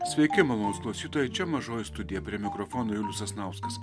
sveiki malonūs klausytojai čia mažoji studija prie mikrofono julius sasnauskas